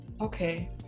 okay